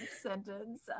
sentence